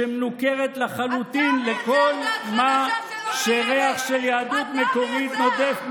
שמנוכרת לחלוטין לכל מה שריח של יהדות מקומית נודף ממנו,